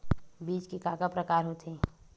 बीज के का का प्रकार होथे?